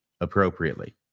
appropriately